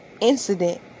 incident